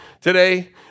today